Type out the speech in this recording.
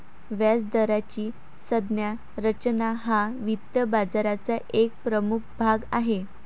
व्याजदराची संज्ञा रचना हा वित्त बाजाराचा एक प्रमुख भाग आहे